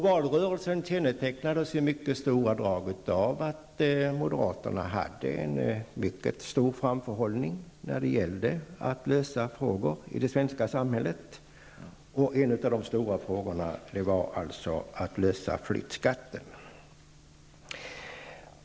Valrörelsen kännetecknades i mycket stora drag av att moderaterna hade en framförhållning när det gällde att lösa problem i det svenska samhället. En av uppgifterna var alltså att lösa frågan om flyttskatten.